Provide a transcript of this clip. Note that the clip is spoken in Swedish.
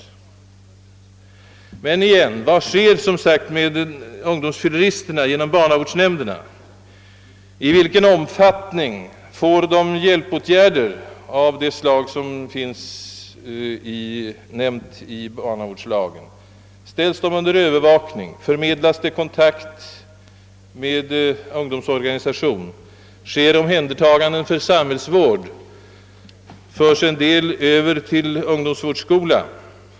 Jag frågar än en gång vad som mera konkret sker med ungdomsfylleristerna genom barnavårdsnämndens försorg, I vilken omfattning blir de delaktiga av hjälpåtgärder av det slag som nämnes i barnavårdslagen? Ställes de under övervakning? Förmedlas det kontakt med ungdomsorganisationer? Sker det ett omhändertagande för samhällsvård, och föres en del över till ungdomsvårdsskola?